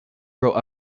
wrote